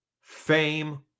fame